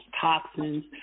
toxins